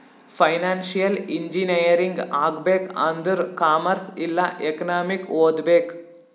financial engineering ಆಗ್ಬೇಕ್ ಆಂದುರ್ commerce ಇಲ್ಲಾ ಎಕನಾಮಿಕ್ ಓದ್ಬೇಕ್